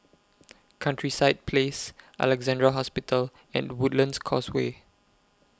Countryside Place Alexandra Hospital and Woodlands Causeway